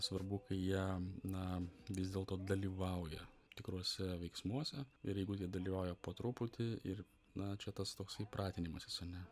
svarbu kai jie na vis dėlto dalyvauja tikruose veiksmuose ir jeigu jie dalyvauja po truputį ir na čia tas toksai pratinimasis ane